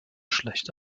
schlecht